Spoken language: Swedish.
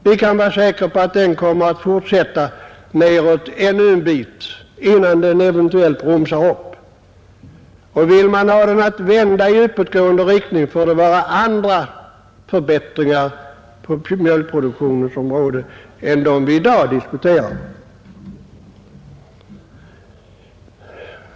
Vi kan vara säkra på att kurvan kommer att fortsätta nedåt ännu ett stycke, innan den eventuellt bromsar upp. Och vill man ha den att vända uppåt igen, måste det vidtas andra förbättringar på mjölkproduktionens område än dem vi i dag diskuterar.